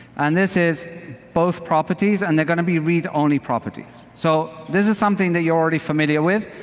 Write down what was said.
and this is both properties, and they're going to be read-only properties, so this is something that you're already familiar with.